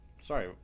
Sorry